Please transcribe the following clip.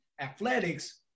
athletics